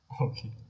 Okay